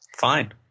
Fine